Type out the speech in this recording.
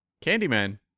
Candyman